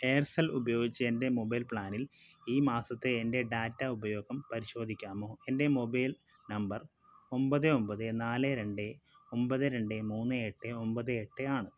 Aircel ഉപയോഗിച്ച് എൻ്റെ mobile പ്ലാനിൽ ഈ മാസത്തെ എൻ്റെ ഡാറ്റ ഉപയോഗം പരിശോധിക്കാമോ എൻ്റെ മൊബൈൽ നമ്പർ ഒമ്പത് ഒമ്പത് നാല് രണ്ട് ഒമ്പത് രണ്ട് മൂന്ന് എട്ട് ഒമ്പത് എട്ട് ആണ്